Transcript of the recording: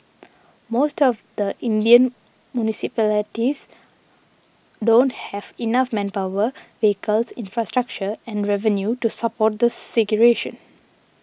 most of the Indian municipalities don't have enough manpower vehicles infrastructure and revenue to support the segregation